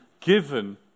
given